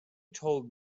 told